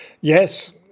Yes